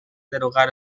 derogar